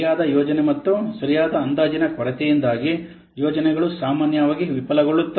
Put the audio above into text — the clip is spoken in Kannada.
ಸರಿಯಾದ ಯೋಜನೆ ಮತ್ತು ಸರಿಯಾದ ಅಂದಾಜಿನ ಕೊರತೆಯಿಂದಾಗಿ ಯೋಜನೆಗಳು ಸಾಮಾನ್ಯವಾಗಿ ವಿಫಲಗೊಳ್ಳುತ್ತವೆ